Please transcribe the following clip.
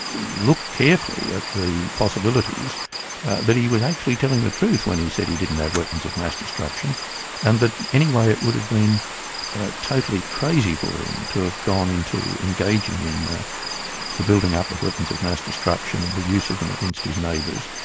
look carefully at the possibilities that he was actually telling the truth when he said he didn't have weapons of mass destruction and that anyway it would have been ah totally crazy for him to have gone into engaging in the building up of weapons of mass destruction and the use of them against his neighbours,